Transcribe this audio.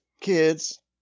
kids